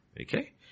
Okay